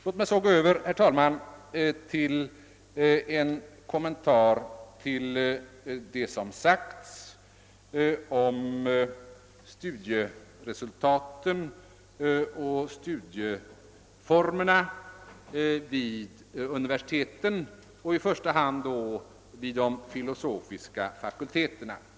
Låt mig så, herr talman, gå över till vad som sagts om studieresultaten och studieformerna vid «universiteten, i första hand vid de filosofiska fakulteterna.